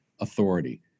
authority